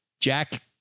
Jack